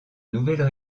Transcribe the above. nouvelles